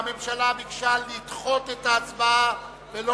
והממשלה ביקשה לדחות את ההצבעה ולא